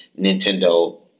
Nintendo